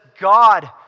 God